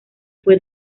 fue